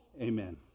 amen